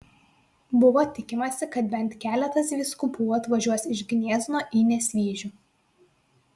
buvo tikimasi kad bent keletas vyskupų atvažiuos iš gniezno į nesvyžių